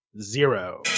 Zero